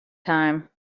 time